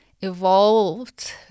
evolved